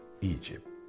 Egypt